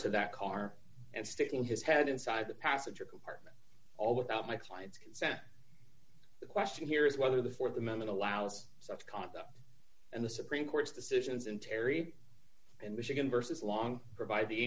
to that car and sticking his head inside the passenger compartment all without my client's consent the question here is whether the for the moment allows such conduct and the supreme court's decisions in terry and michigan versus long provide the